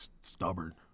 stubborn